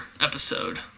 episode